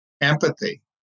empathy